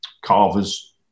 Carver's